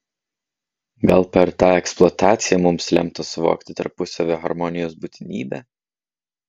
gal per tą eksploataciją mums lemta suvokti tarpusavio harmonijos būtinybę